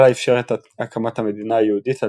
אללה איפשר את הקמת המדינה היהודית על